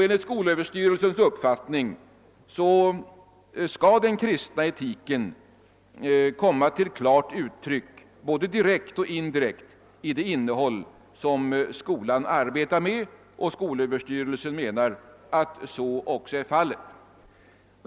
Enligt skolöverstyrelsens uppfattning skall den kristna etiken komma till klart uttryck både direkt och indirekt i det innehåll som skolan arbetar med, och skolöverstyrelsen menar att så också är fallet.